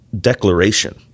declaration